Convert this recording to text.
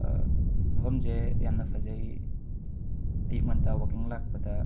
ꯃꯐꯝꯁꯦ ꯌꯥꯝꯅ ꯐꯖꯩ ꯑꯌꯨꯛ ꯉꯟꯇꯥ ꯋꯥꯀꯤꯡ ꯂꯥꯛꯄꯗ